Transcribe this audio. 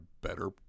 better